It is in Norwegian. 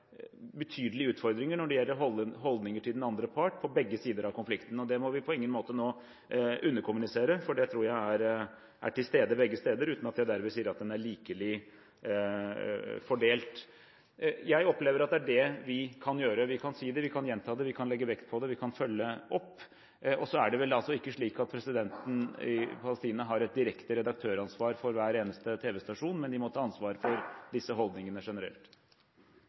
betydelige utfordringer når det gjelder holdninger til den andre parten – på begge sider av konflikten. Det må vi på ingen måte nå underkommunisere, for det tror jeg er til stede begge steder uten at jeg derved sier at den er likelig fordelt. Jeg opplever at det er det vi kan gjøre. Vi kan si det, vi kan gjenta det, vi kan legge vekt på det, vi kan følge opp. Og så er det vel ikke slik at presidenten i Palestina har et direkte redaktøransvar for hver eneste tv-stasjon, men de må ta ansvar for disse holdningene generelt.